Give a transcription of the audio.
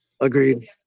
Agreed